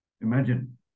Imagine